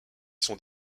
sont